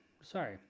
Sorry